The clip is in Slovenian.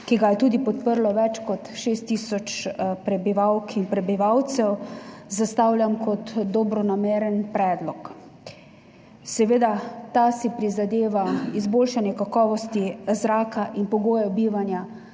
ki ga je tudi podprlo več kot 6 tisoč prebivalk in prebivalcev, zastavljam kot dobronameren predlog. Ta si seveda prizadeva za izboljšanje kakovosti zraka in pogojev bivanja